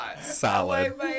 solid